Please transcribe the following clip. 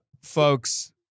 Folks